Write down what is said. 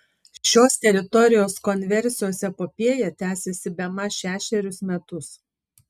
šios teritorijos konversijos epopėja tęsiasi bemaž šešerius metus